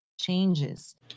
changes